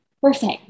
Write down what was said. perfect